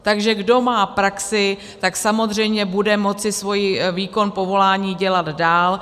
Takže kdo má praxi, tak samozřejmě bude moci svůj výkon povolání dělat dál.